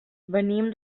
venim